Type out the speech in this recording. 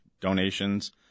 donations